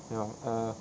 ya err